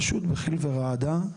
פשוט בחיל ורעדה,